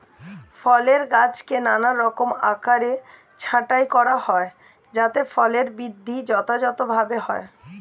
ফলের গাছকে নানারকম আকারে ছাঁটাই করা হয় যাতে ফলের বৃদ্ধি যথাযথভাবে হয়